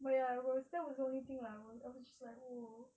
but ya that was the only thing lah I was just like !whoa!